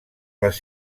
les